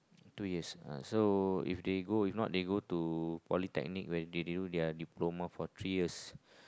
two years uh so if they go in not they go to polytechnic where they do their diploma for three years